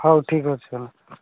ହଉ ଠିକ ଅଛି ହଁ